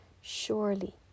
surely